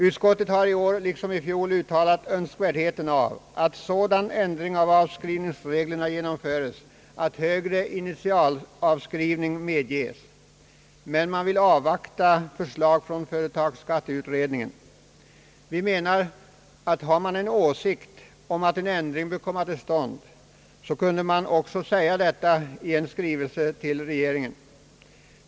Utskottet har i år liksom i fjol uttalat önskvärdheten av att sådan ändring av avskrivningsreglerna genomföres, att högre initialavskrivning medges. Men man vill avvakta förslag från företagsskatteutredningen. Vi menar att om man har en åsikt om att en ändring bör komma till stånd, kan man också säga detta i en skrivelse till regeringen.